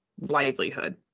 livelihood